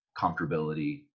comfortability